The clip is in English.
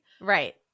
Right